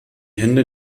hände